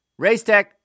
Racetech